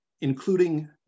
Including